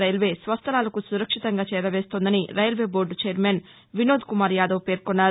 railway స్వస్థలాలకు సురక్షితంగా చేరవేస్తోందని railway board chairman Vinod Kumar Yadav పేర్కొన్నారు